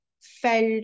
felt